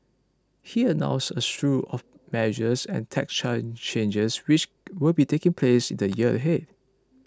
he announced a slew of measures and tax charge changes which will be taking place in the year ahead